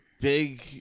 big